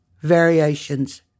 variations